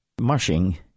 mushing